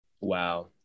Wow